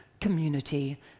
community